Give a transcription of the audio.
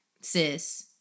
sis